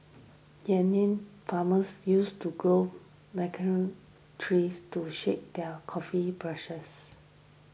Kenyan farmers used to grow macadamia trees to shade their coffee bushes